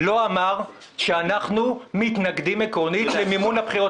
לא אמר שאנחנו מתנגדים עקרונית למימון הבחירות.